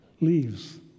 leaves